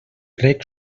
reg